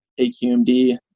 AQMD